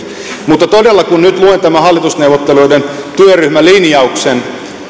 mutta kun nyt luen tämän hallitusneuvottelijoiden työryhmälinjauksen